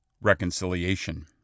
reconciliation